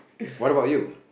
what about you